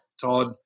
Todd